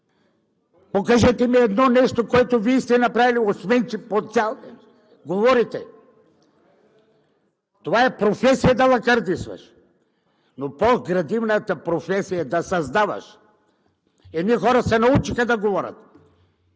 Покажете ми едно нещо, което Вие направихте, освен че по цял ден говорите. Това е професия да лакърдисваш. По-градивната професия обаче е да създаваш. Едни хора се научиха да говорят,